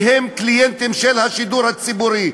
כי הם קליינטים של השידור הציבורי.